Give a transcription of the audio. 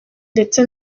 ndetse